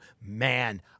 Man